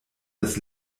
das